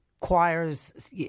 choirs